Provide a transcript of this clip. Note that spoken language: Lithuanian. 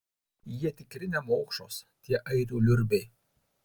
jie tikri nemokšos tie airių liurbiai